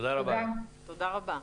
תודה רבה.